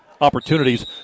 opportunities